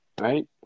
right